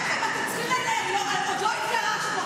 את עוד לא התגרשת,